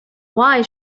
why